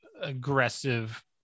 aggressive